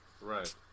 right